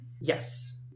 Yes